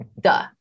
Duh